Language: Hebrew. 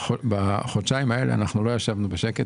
בחודשיים האלה לא ישבנו בשקט,